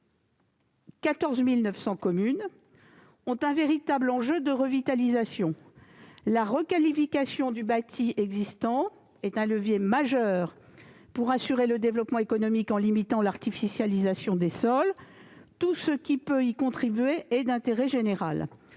14 900 communes ont un très grand besoin de revitalisation. La requalification du bâti existant est un levier majeur pour assurer le développement économique, en limitant l'artificialisation des sols. Tout ce qui peut y contribuer est d'intérêt général.